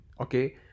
okay